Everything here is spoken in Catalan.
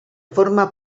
forma